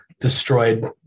destroyed